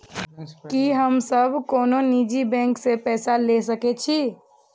की हम सब कोनो निजी बैंक से पैसा ले सके छी?